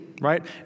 right